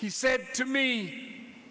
he said to me